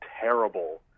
terrible